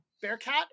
Bearcat